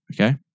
Okay